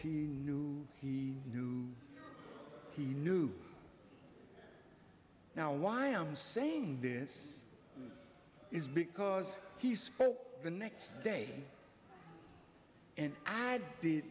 he knew he knew he knew now why i'm saying this is because he spoke the next day and i did